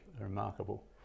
Remarkable